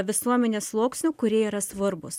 visuomenės sluoksnių kurie yra svarbūs